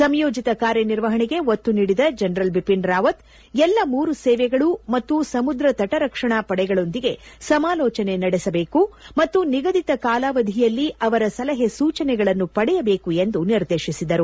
ಸಂಯೋಜಿತ ಕಾರ್ಯನಿರ್ವಹಣೆಗೆ ಒತ್ತು ನೀಡಿದ ಜನರಲ್ ಬಿಪಿನ್ ರಾವತ್ ಎಲ್ಲ ಮೂರು ಸೇವೆಗಳು ಮತ್ತು ಸಮುದ್ರ ತಟ ರಕ್ಷಣಾ ಪಡೆಗಳೊಂದಿಗೆ ಸಮಾಲೋಚನೆ ನಡೆಸಬೇಕು ಮತ್ತು ನಿಗದಿತ ಕಾಲಾವಧಿಯಲ್ಲಿ ಅವರ ಸಲಹೆ ಸೂಚನೆಗಳನ್ನು ಪಡೆಯಬೇಕು ಎಂದು ನಿರ್ದೇಶಿಸಿದರು